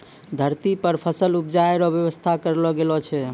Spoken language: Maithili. धरती पर फसल उपजाय रो व्यवस्था करलो गेलो छै